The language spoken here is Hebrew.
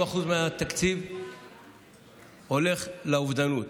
כ-50% מהתקציב הולך לאובדנות,